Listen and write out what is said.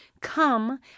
come